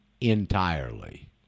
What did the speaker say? entirely